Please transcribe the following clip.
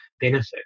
benefit